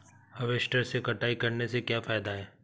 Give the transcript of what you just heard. Harvester से कटाई करने से क्या फायदा है?